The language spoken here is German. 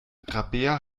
rabea